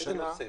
איזה נושא?